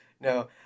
No